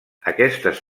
aquestes